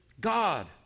God